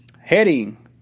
Heading